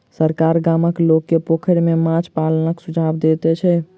सरकार गामक लोक के पोखैर में माछ पालनक सुझाव दैत छै